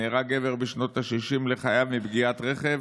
נהרג גבר בשנות השישים לחייו מפגיעת רכב